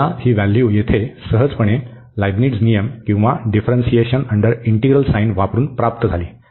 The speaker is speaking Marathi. तर आपल्याला ही व्हॅल्यू येथे सहजपणे लिबनिट्झ नियम किंवा डिफ्रन्सिएशन अंडर इंटीग्रल साइन वापरून प्राप्त झाली